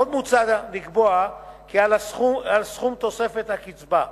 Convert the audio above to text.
עוד מוצע לקבוע כי על סכום תוספת הקצבה,